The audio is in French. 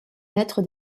naître